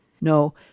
No